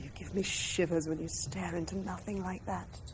give me shivers when you stare into nothing like that,